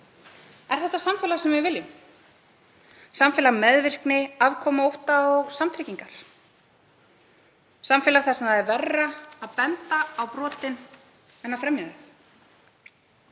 Er þetta það samfélag sem við viljum, samfélag meðvirkni, afkomuótta og samtryggingar, samfélag þar sem verra er að benda á brotin en að fremja þau?